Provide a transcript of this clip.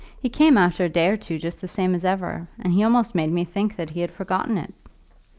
he came after a day or two just the same as ever, and he almost made me think that he had forgotten it.